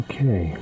Okay